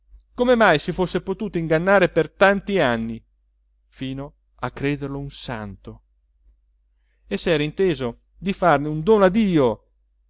come mai si fosse potuto ingannare per tanti anni fino a crederlo un santo e s'era inteso di farne un dono